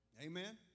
Amen